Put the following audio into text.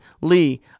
Lee